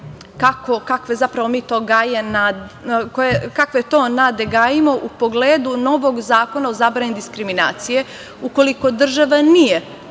kakve to nade gajimo u pogledu novog Zakona o zabrani diskriminacije, ukoliko država nije